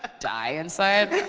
ah die inside.